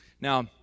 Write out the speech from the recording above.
Now